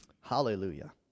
Hallelujah